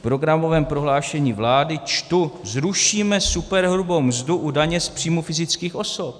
V programovém prohlášení vlády čtu zrušíme superhrubou mzdu u daně z příjmů fyzických osob.